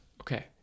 Okay